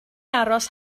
aros